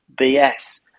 BS